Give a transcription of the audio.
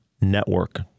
network